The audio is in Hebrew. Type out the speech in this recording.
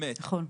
נכון.